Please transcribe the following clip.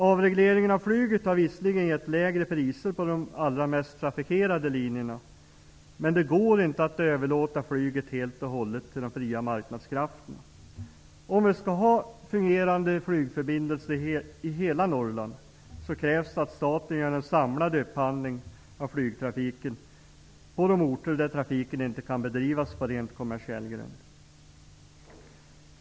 Avregleringen av flyget har visserligen gett lägre priser på de allra mest trafikerade linjerna, men det går inte att överlåta flyget helt och hållet till de fria marknadskrafterna. Om vi skall ha fungerande flygförbindelser i hela Norrland krävs det att staten gör en samlad upphandling av flygtrafiken på de orter där trafiken inte kan bedrivas på rent kommersiell grund.